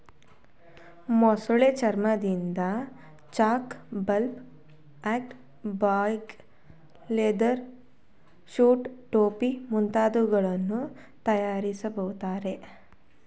ಮೊಸಳೆ ಚರ್ಮದಿಂದ ವಾಚ್ನ belt, hand bag, leather shoes, ಟೋಪಿ ಮುಂತಾದವುಗಳನ್ನು ತರಯಾರಿಸ್ತರೆ